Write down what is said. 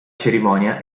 cerimonia